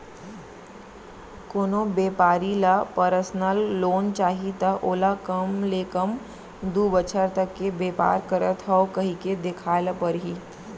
कोनो बेपारी ल परसनल लोन चाही त ओला कम ले कम दू बछर तक के बेपार करत हँव कहिके देखाए ल परही